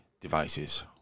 devices